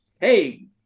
hey